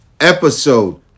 Episode